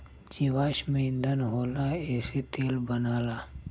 जीवाश्म ईधन होला एसे तेल बनला